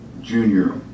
junior